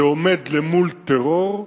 זה עומד למול טרור,